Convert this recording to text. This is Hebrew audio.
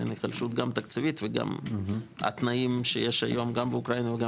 היחלשות תקציבית וגם התנאים שיש היום גם באוקראינה וגם